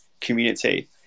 community